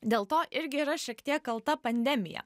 dėl to irgi yra šiek tiek kalta pandemija